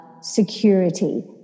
Security